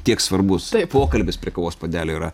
tiek svarbus pokalbis prie kavos puodelio yra